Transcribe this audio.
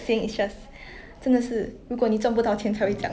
but I think yours better 因为 like 你 went into 那种 details